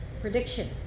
prediction